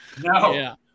No